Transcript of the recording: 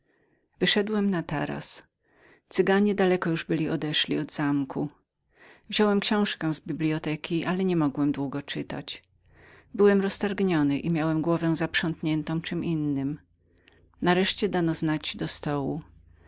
wyszedłem na taras cyganie daleko już byli odciągnęli od zamku wziąłem książkę z biblioteki ale niemogłem długo czytać byłem roztargniony i miałem głowę zaprzątniętą czem innem nareszcie dano znać do stołu